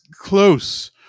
close